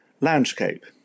Landscape